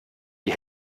die